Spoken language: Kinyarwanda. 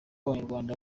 abanyarwanda